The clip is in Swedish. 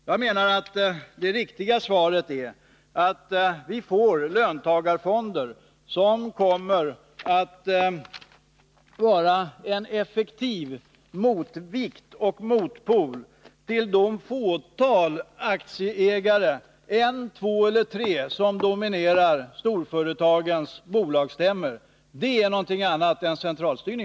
Det riktiga svaret på frågorna i detta sammanhang är att vi får löntagarfonder som kommer att vara en effektiv motvikt och motpol till det fåtal aktieägare — en, två eller tre — som dominerar storföretagens bolagsstämmor. Det är något annat än centralstyrning!